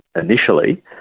initially